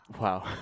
Wow